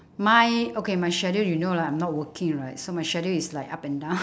my okay my schedule you know lah I'm not working right so my schedule is like up and down